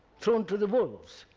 thrown to the wolves.